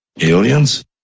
Aliens